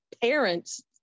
parents